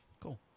Cool